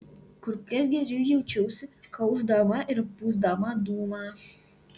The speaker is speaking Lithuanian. kur kas geriau jaučiausi kaušdama ir pūsdama dūmą